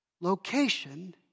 Location